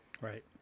Right